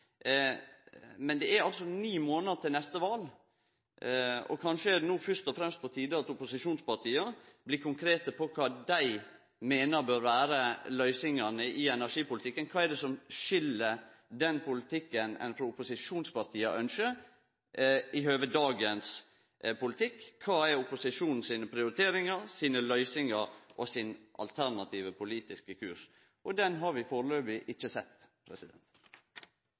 Men det er ni månader til neste val, og kanskje er det no fyrst og fremst på tide at opposisjonspartia blir konkrete på kva dei meiner bør vere løysingane i energipolitikken. Kva er det som skil den politikken ein frå opposisjonspartia ynskjer, frå dagens politikk? Kva er opposisjonen sine prioriteringar, sine løysingar og sin alternative politiske kurs? Det har vi førebels ikkje sett.